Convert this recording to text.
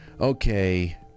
Okay